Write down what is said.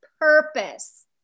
purpose